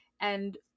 And-